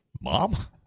Mom